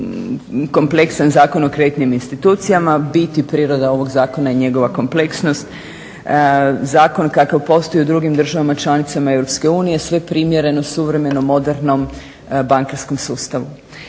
kompleksan Zakon o kreditnim institucijama. Bit i priroda ovog zakona je njegova kompleksnost. Zakon kakav postoji u drugim državama članicama EU sve primjereno suvremenom, modernom bankarskom sustavu.